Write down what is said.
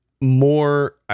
more